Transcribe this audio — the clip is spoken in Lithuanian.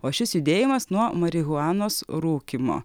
o šis judėjimas nuo marihuanos rūkymo